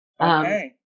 Okay